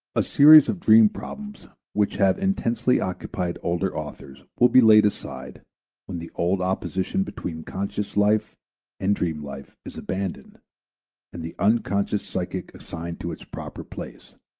a series of dream problems which have intensely occupied older authors will be laid aside when the old opposition between conscious life and dream life is abandoned and the unconscious psychic assigned to its proper place.